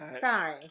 Sorry